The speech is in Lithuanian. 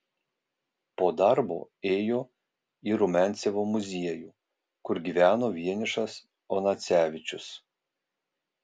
po darbo ėjo į rumiancevo muziejų kur gyveno vienišas onacevičius